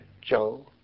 Joe